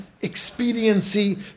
expediency